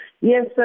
Yes